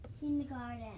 Kindergarten